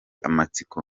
amatsiko